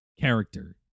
character